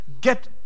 get